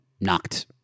knocked